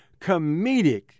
comedic